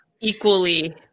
Equally